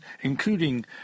including